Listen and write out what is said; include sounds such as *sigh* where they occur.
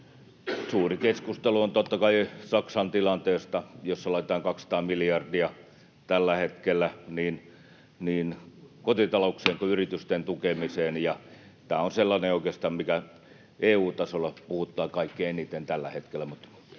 Suuri keskustelu on totta kai Saksan tilanteesta, jossa laitetaan 200 miljardia tällä hetkellä niin kotitalouksien *noise* kuin yritysten tukemiseen. Tämä on oikeastaan sellainen, mikä EU-tasolla puhuttaa kaikkein eniten tällä hetkellä.